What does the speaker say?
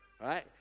right